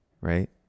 right